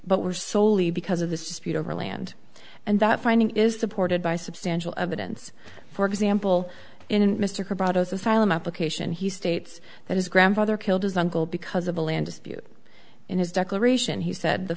but were soley because of this dispute over land and that finding is supported by substantial evidence for example in mr carrados asylum application he states that his grandfather killed his uncle because of a land dispute in his declaration he said the